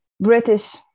British